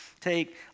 take